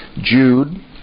Jude